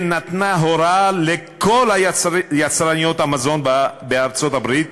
שנתנה הוראה לכל יצרניות המזון בארצות-הברית